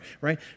right